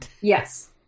Yes